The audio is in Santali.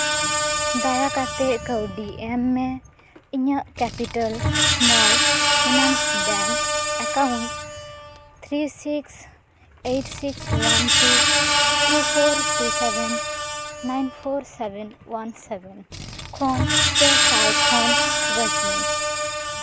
ᱫᱟᱭᱟ ᱠᱟᱛᱮ ᱠᱟᱹᱣᱰᱤ ᱮᱢ ᱢᱮ ᱤᱧᱟᱹᱜ capital small finance bank account three six eight six one two two four two seven nine four seven one seven ᱠᱷᱚᱱ ᱯᱮ ᱥᱟᱭ ᱠᱷᱚᱱ ᱨᱟᱡᱽᱱᱤ